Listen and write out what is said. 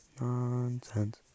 nonsense